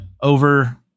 over